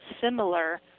similar